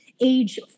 age